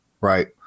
right